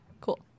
Cool